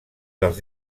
dels